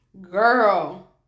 girl